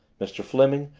mr. fleming,